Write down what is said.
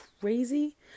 crazy